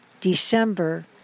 December